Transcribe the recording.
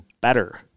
better